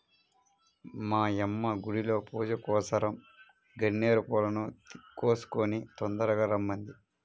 మా యమ్మ గుడిలో పూజకోసరం గన్నేరు పూలను కోసుకొని తొందరగా రమ్మంది